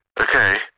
Okay